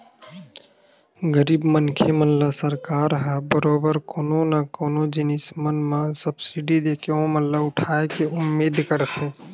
गरीब मनखे मन ल सरकार ह बरोबर कोनो न कोनो जिनिस मन म सब्सिडी देके ओमन ल उठाय के उदिम करथे